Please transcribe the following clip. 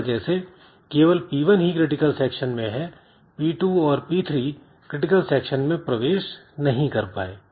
इस वजह से केवल P1 ही क्रिटिकल सेक्शन में है P2 और P3 क्रिटिकल सेक्शन में प्रवेश नहीं कर पाए